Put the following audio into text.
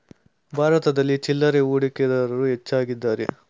ಭಾರತದಲ್ಲಿ ಚಿಲ್ಲರೆ ಹೂಡಿಕೆದಾರರು ಹೆಚ್ಚಾಗಿದ್ದಾರೆ